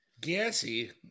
Gassy